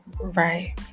Right